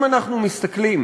אם אנחנו מסתכלים